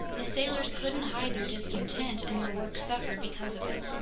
his sailors couldn't hide their discontent, and their work suffered because of it.